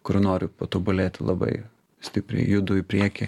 kur noriu patobulėti labai stipriai judu į priekį